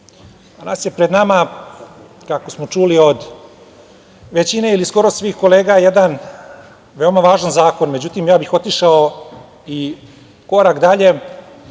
je pred nama, kako smo čuli od većine ili skoro svih kolega, jedan veoma važan zakon. Međutim, ja bih otišao i korak dalje